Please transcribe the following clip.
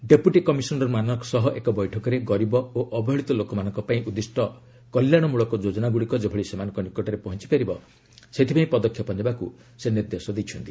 deputy କମିଶନରମାନଙ୍କ ସହ ଏକ ବୈଠକରେ ଗରିବ ଓ ଅବହେଳିତ ଲୋକମାନଙ୍କ ପାଇଁ ଉଦ୍ଦିଷ୍ଟ କଲ୍ୟାଶମୂଳକ ଯୋଜନାଗୁଡ଼ିକ ଯେଭଳି ସେମାନଙ୍କ ନିକଟରେ ପହଞ୍ଚି ପାରିବ ସେଥିପାଇଁ ପଦକ୍ଷେପ ନେବାକୁ ସେ ନିର୍ଦ୍ଦେଶ ଦେଇଛନ୍ତି